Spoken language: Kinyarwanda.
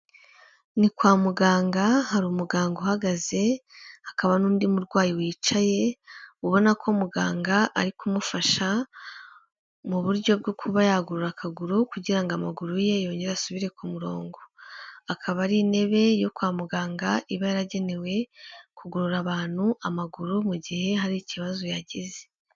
Ni kwa muganga hari umuganga uhagaze hakaba n'undi murwayi wicaye ubona ko muganga ari kumufasha mu buryo bwo kuba yagorora akaguru kugira ngo amaguru ye yongere asubire ku murongo, akaba ari intebe yo kwa muganga iba yaragenewe kugorora abantu amaguru mu gihe hari ikibazo yagize.